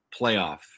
playoff